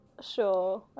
Sure